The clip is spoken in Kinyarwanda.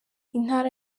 intara